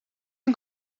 een